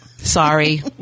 Sorry